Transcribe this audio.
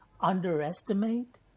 underestimate